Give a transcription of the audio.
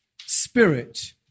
spirit